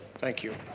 thank you.